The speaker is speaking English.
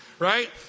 Right